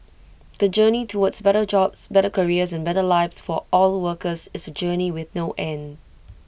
the journey towards better jobs better careers and better lives for all workers is A journey with no end